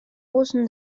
großen